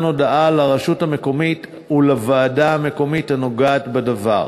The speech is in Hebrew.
הודעה לרשות המקומית ולוועדה המקומית הנוגעת בדבר.